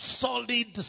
solid